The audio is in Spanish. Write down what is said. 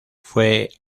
fue